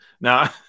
now